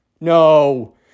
no